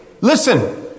Listen